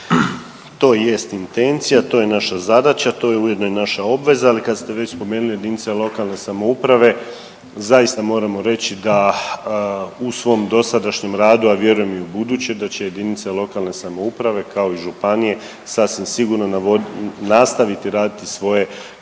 to je naša zadaća, to je ujedno i naša obveza, ali kad ste već spomenuli jedinice lokalne samouprave zaista moramo reći da u svom dosadašnjem radu, a vjerujem i u buduće da će jedinice lokalne samouprave kao i županije sasvim sigurno nastaviti raditi svoje